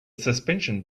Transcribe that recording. suspension